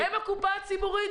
הם הקופה הציבורית,